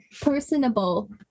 personable